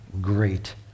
great